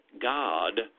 God